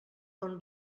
bon